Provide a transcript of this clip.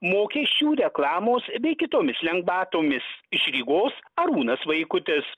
mokesčių reklamos bei kitomis lengvatomis iš rygos arūnas vaikutis